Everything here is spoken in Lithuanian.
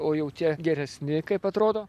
o jau tie geresni kaip atrodo